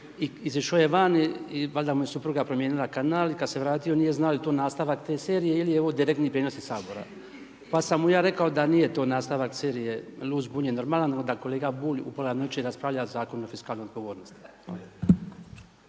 i izašao je van i valjda mu je supruga promijenila kanal i kada se vratio nije znao jel' to nastavak te serije ili je ovo direktni prijenos iz Sabora. Pa sam mu ja rekao da nije to nastavak serije „Lud, zbunjen, normalan“, onda kolega Bulj u pola noći raspravlja Zakon o fiskalnom … /ne